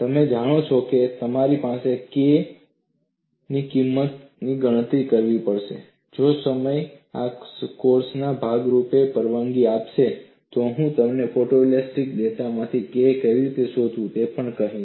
તમે જાણો છો કે તમારે K ની કિંમતની ગણતરી કરવી પડશે જો સમય આ કોર્સના ભાગ રૂપે પરવાનગી આપે તો હું તમને ફોટોઈલાસ્ટિક ડેટામાંથી K કેવી રીતે શોધવું તે પણ કહીશ